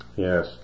Yes